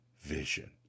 vision